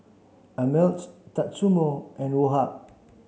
Ameltz Tatsumoto and Woh Hup